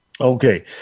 Okay